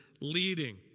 leading